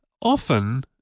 often